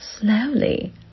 slowly